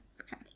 Okay